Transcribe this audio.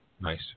Nice